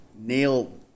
nail